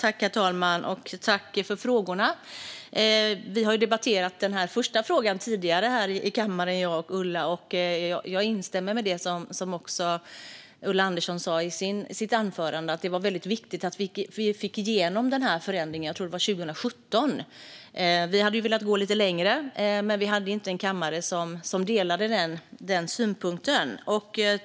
Herr talman! Jag vill tacka för frågorna. Jag och Ulla Andersson har tidigare debatterat den första frågan här i kammaren. Jag instämmer i det Ulla sa i sitt anförande om att det var viktigt att vi fick igenom den förändringen; jag tror att det var 2017. Vi hade velat gå lite längre, men kammaren delade inte den synen.